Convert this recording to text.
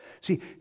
See